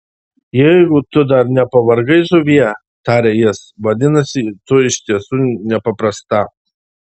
jeigu tu dar nepavargai žuvie tarė jis vadinasi tu iš tiesų nepaprasta